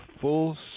full